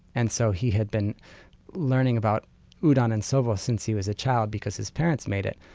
and so he had been learning about udon and soba since he was a child because his parents made it.